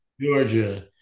Georgia